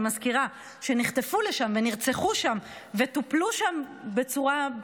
אני מזכירה שנחטפו לשם ונרצחו שם וטופלו שם בצורה,